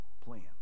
plan